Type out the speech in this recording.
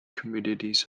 communities